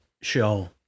show